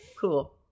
Cool